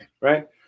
Right